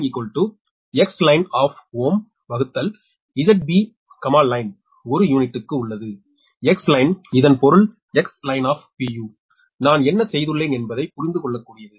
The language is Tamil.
66Ω மற்றும் XlineXlineZB lineஒரு யூனிட்டுக்கு உள்ளது Xline இதன் பொருள் Xline நான் என்ன செய்துள்ளேன் என்பது புரிந்துகொள்ளகூடியது